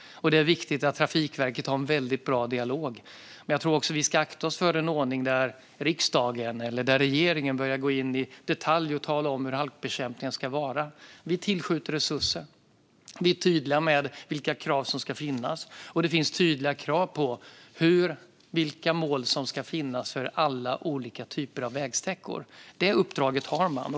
Det är viktigt att Trafikverket har en väldigt bra dialog. Men vi ska akta oss för en ordning där riksdagen eller regeringen börjar gå in i detalj och tala om hur halkbekämpningen ska vara. Vi tillskjuter resurser och är tydliga med vilka krav som ska finnas. Det finns tydliga krav på vilka mål som ska finnas för alla olika typer av vägsträckor. Det uppdraget har man.